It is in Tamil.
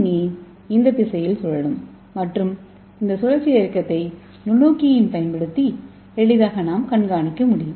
ஏ இந்த திசையில் சுழலும் மற்றும் இந்த சுழற்சி இயக்கத்தை நுண்ணோக்கியைப் பயன்படுத்தி எளிதாக கண்காணிக்க முடியும்